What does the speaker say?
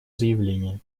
заявление